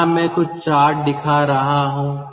यहाँ मैं कुछ चार्ट दिखा रहा हूँ